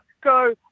go